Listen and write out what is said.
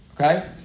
Okay